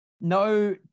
no